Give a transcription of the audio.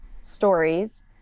stories